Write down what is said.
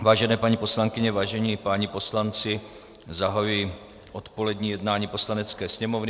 Vážené paní poslankyně, vážení páni poslanci, zahajuji odpolední jednání Poslanecké sněmovny.